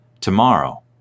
tomorrow